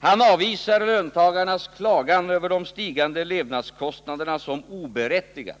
Han avvisar löntagarnas klagan över de stigande levnadskostnaderna som oberättigad.